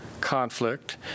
conflict